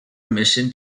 omission